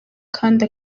kandi